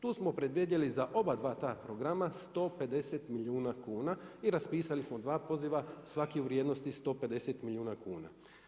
Tu smo predvidjeli za oba dva ta programa 150 milijuna kuna i raspisali smo dva poziva s svaki u vrijednosti 150 milijuna kuna.